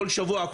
כל שבוע,